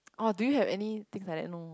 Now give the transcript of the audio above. oh do you have any things like that no